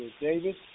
Davis